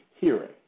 hearing